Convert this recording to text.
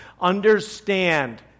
Understand